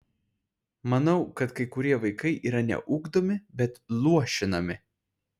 manau kad kai kurie vaikai yra ne ugdomi bet luošinami